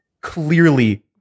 clearly